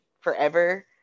forever